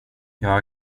jag